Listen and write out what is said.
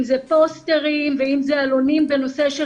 אם זה פוסטרים ואם זה עלונים בנושא של